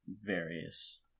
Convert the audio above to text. various-